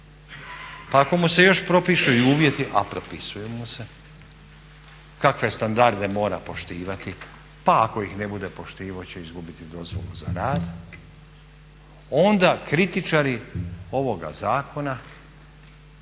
Pa ako mu se još propišu i uvjeti, a propisuju mu se, kakve standarde mora poštivati, pa ako ih ne bude poštivao će izgubiti dozvolu za rad, onda kritičari ovoga zakona